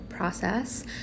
process